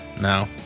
No